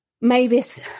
Mavis